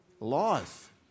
Life